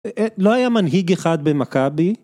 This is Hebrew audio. לא היה מנהיג אחד במכבי?